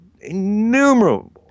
innumerable